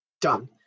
done